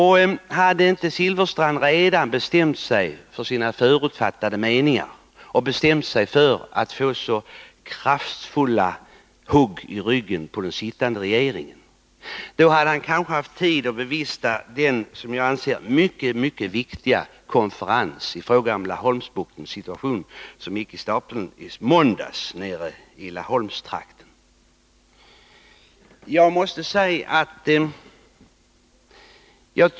Hade inte Bengt Silfverstrand redan bestämt sig för sina förutfattade meningar och för att ge den sittande regeringen så kraftfulla hugg i ryggen, hade han kanske haft tid att bevista den enligt min mening mycket viktiga konferens om Laholmsbuktens situation som gick av stapeln i måndags i Laholmstrakten.